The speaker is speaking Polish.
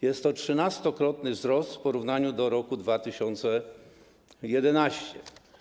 Jest to trzynastokrotny wzrost w porównaniu do roku 2011.